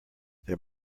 there